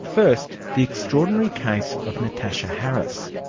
first, the extraordinary case of natasha harris.